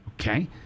Okay